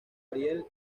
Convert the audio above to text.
ariel